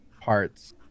parts